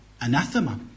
anathema